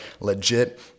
legit